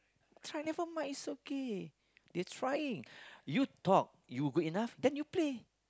try never mind is okay they trying you talk you good enough then you play